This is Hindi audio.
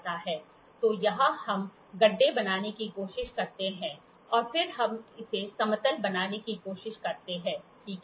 तो यहाँ हम गड्ढे बनाने की कोशिश करते हैं और फिर हम इसे समतल बनाने की कोशिश करते हैं ठीक है